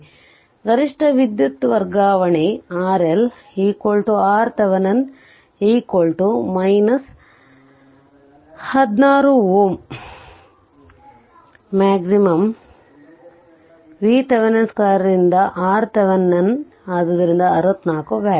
ಆದ್ದರಿಂದ ಗರಿಷ್ಠ ವಿದ್ಯುತ್ ವರ್ಗಾವಣೆಗೆ RL RThevenin 16 Ω ಮತ್ತು pLmax VThevenin 2 ರಿಂದ 4 RThevenin ಆದ್ದರಿಂದ 64 ವ್ಯಾಟ್